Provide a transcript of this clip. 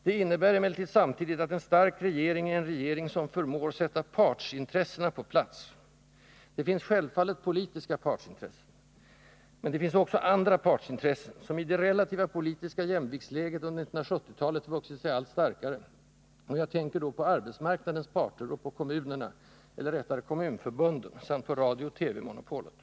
Det innebär emellertid samtidigt att en stark regering är en regering som förmår sätta partsintressena på plats. Det finns självfallet politiska partsintressen. Men det finns också andra partsintressen, som i det relativa politiska jämviktsläget under 1970-talet vuxit sig allt starkare, och jag tänker då på arbetsmarknadens parter och på kommunerna, eller rättare kommunförbunden, samt på radio-TV-monopolet.